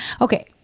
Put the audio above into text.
Okay